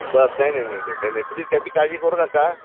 बर नाही नाही नाही नाही नाही नाही तुम्ही त्याची काळजी करू नका